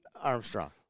Armstrong